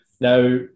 now